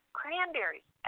cranberries